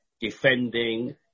defending